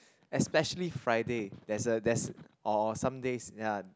especially Friday there's a there's or some days ya